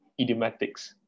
idiomatics